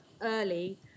early